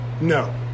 no